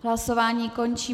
Hlasování končím.